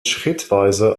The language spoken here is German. schrittweise